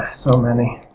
so many.